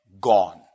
gone